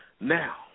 Now